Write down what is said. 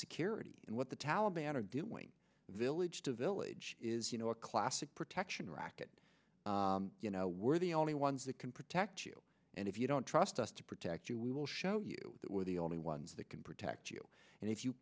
security and what the taliban are doing village to village is you know a classic protection racket you know we're the only ones that can protect you and if you don't trust us to protect you we will show you that we're the only ones that can protect you and if you